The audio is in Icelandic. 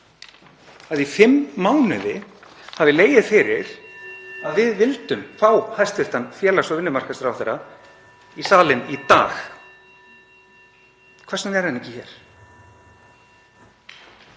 að í fimm mánuði hafi legið fyrir að við vildum fá hæstv. félags- og vinnumarkaðsráðherra í salinn í dag. Hvers vegna er hann ekki hér?